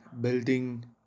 building